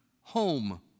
Home